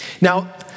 Now